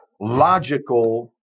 logical